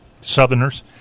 southerners